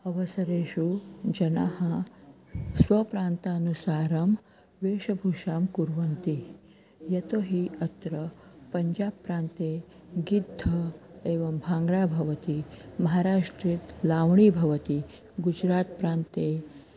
अवसरेषु जनाः स्वप्रान्तानुसारं वेशभूषां कुर्वन्ति यतो हि अत्र पञ्जाब् प्रान्ते गिद्ध एवं भाङ्ग्डा भवति महाराष्ट्रे लावणी भवति गुजरात् प्रान्ते